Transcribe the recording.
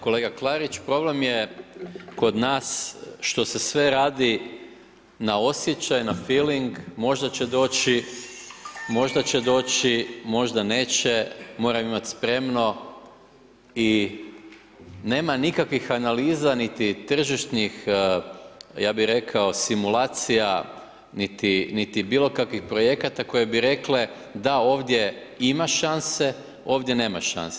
Kolega Klarić, problem je kod nas što se sve radi na osjećaj, na filing, možda će doći, možda neće, moram imat spremno i nema nikakvih analiza niti na tržišnih ja bih rekao simulacija, niti bilo kakvih projekata koji bi rekli da ovdje ima šanse, ovdje nema šanse.